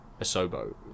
Asobo